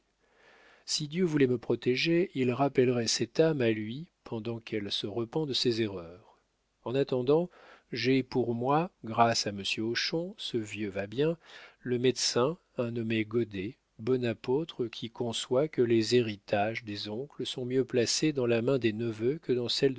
si dieu voulait me protéger il rappellerait cette âme à lui pendant qu'elle se repent de ses erreurs en attendant j'ai pour moi grâce à monsieur hochon ce vieux va bien le médecin un nommé goddet bon apôtre qui conçoit que les héritages des oncles sont mieux placés dans la main des neveux que dans